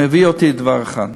מביאים אותי לדבר אחד: